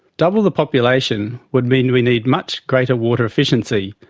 double the population, would mean we need much greater water efficiency,